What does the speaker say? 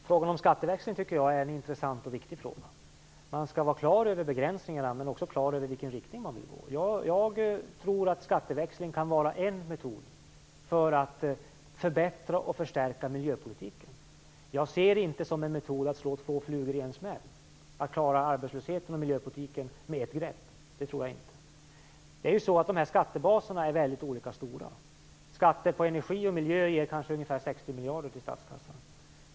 Fru talman! Frågan om skatteväxling tycker jag är en intressant och viktig fråga. Man skall vara på det klara med begränsningarna, men också med i vilken riktning man vill gå. Jag tror att skatteväxling kan vara en metod att förbättra och förstärka miljöpolitiken. Jag ser det inte som en metod att slå två flugor i en smäll - att klara arbetslösheten och miljöpolitiken med ett grepp. Det tror jag inte på. Skattebaserna är väldigt olika stora. Skatten på energi och miljö ger ungefär 60 miljarder till statskassan.